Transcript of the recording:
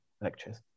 lectures